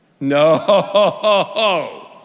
No